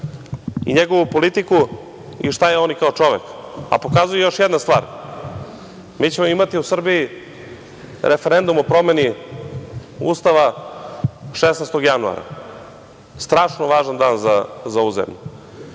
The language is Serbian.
i njegovu politiku i šta je on i kao čovek. Pokazuje još jedna stvar. Mi ćemo imati u Srbiji referendum o promeni Ustava 16. januara. Strašno važan dan za ovu zemlju.